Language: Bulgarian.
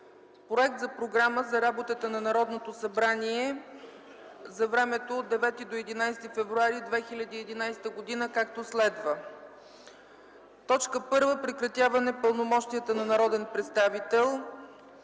Проект за програма за работата на Народното събрание за времето от 9 до 11 февруари 2011 г., както следва: 1. Прекратяване пълномощията на народен представител.